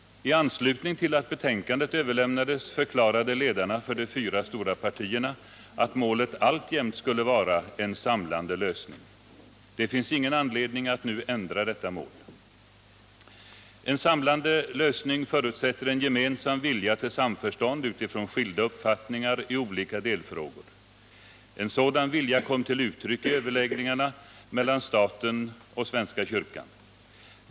I anslutning till att betänkandet överlämnades förklarade ledarna för de fyra stora partierna att målet alltjämt skulle vara en samlande lösning. Det finns ingen anledning att nu ändra detta mål. En samlande lösning förutsätter en gemensam vilja till samförstånd utifrån skilda uppfattningar i olika delfrågor. En sådan vilja kom till uttryck i överläggningarna mellan staten och svenska kyrkan.